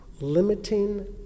limiting